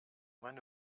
meine